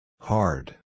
Hard